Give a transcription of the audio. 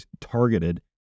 targeted